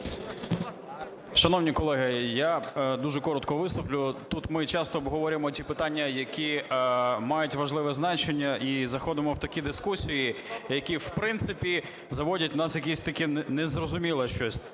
Шановні колеги, я дуже коротко виступлю. Тут ми часто обговорюємо ті питання, які мають важливе значення. І заходимо в такі дискусії, які в принципі заводять нас в якісь такі, незрозуміле щось.